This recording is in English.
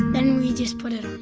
then we just put it on,